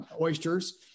oysters